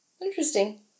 Interesting